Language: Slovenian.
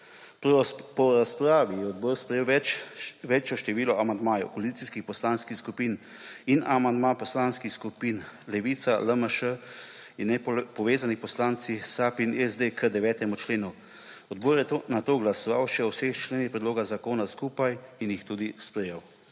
Po razpravi je odbor sprejel večje število amandmajev koalicijskih poslanskih skupin in amandma poslanskih skupin Levica, LMŠ in nepovezani poslanci, SAB in SD k 9. členu. Odbor je nato glasoval še o vseh členih predloga zakona skupaj in jih tudi sprejel.